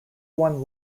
one